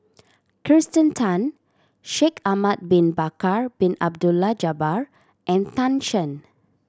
Kirsten Tan Shaikh Ahmad Bin Bakar Bin Abdullah Jabbar and Tan Shen